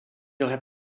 aurait